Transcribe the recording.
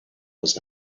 was